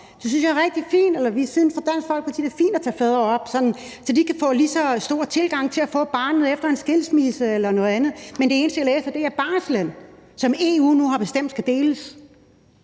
at man vil tage fædre op. Vi synes fra Dansk Folkepartis side, det er fint at tage fædre op, så de kan få en lige så stor tilgang til at få barnet efter en skilsmisse eller noget andet. Men det eneste, jeg læser, er barslen, som EU nu har bestemt skal deles.